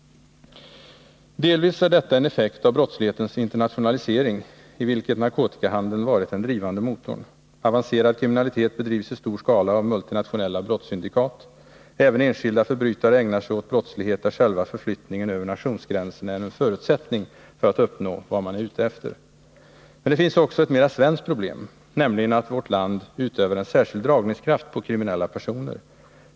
Delvis är detta en effekt av brottslighetens internationalisering, i vilken narkotikahandeln varit den drivande motorn. Avancerad kriminalitet bedrivs i stor skala av multinationella brottssyndikat. Även enskilda förbrytare ägnar sig åt brottslighet, där själva förflyttningen över nationsgränserna är en förutsättning för att man skall uppnå vad man är ute efter. Men det finns också ett mera svenskt problem, nämligen att vårt land utövar en särskild dragningskraft på kriminella personer.